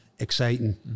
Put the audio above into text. exciting